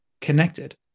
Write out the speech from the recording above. connected